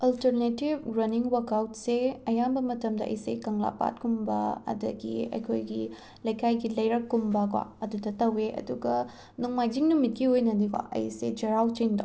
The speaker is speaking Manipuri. ꯑꯜꯇꯔꯅꯦꯇꯤꯞ ꯔꯅꯤꯡ ꯋꯥꯛꯑꯥꯎꯠꯁꯦ ꯑꯌꯥꯝꯕ ꯃꯇꯝꯗ ꯑꯩꯁꯦ ꯀꯪꯂꯥ ꯄꯥꯠꯀꯨꯝꯕ ꯑꯗꯒꯤ ꯑꯩꯈꯣꯏꯒꯤ ꯂꯩꯀꯥꯏꯒꯤ ꯂꯩꯔꯛꯀꯨꯝꯕ ꯀꯣ ꯑꯗꯨꯗ ꯇꯧꯋꯦ ꯑꯗꯨꯒ ꯅꯣꯡꯃꯥꯏꯖꯤꯡ ꯅꯨꯃꯤꯠꯀꯤ ꯑꯣꯏꯅꯗꯤꯀꯣ ꯑꯩꯁꯦ ꯆꯩꯔꯥꯎ ꯆꯤꯡꯗꯣ